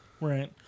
Right